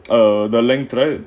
the length right